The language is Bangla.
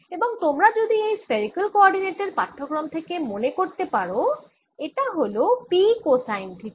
এবং তোমরা যদি এই স্ফেরিকাল কোঅরডিনেটের পাঠক্রম থেকে মনে করতে পারো এটা হল P কোসাইন থিটা